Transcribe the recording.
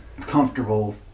comfortable